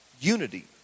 unity